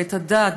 ודעת,